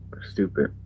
Stupid